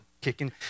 kicking